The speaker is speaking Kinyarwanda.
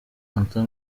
arthur